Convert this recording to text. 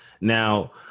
Now